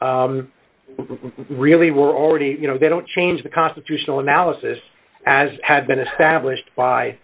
really were already you know they don't change the constitutional malices as had been established by